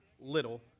little